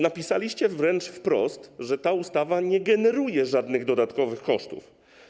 Napisaliście wręcz wprost, że ta ustawa nie generuje żadnych dodatkowych kosztów.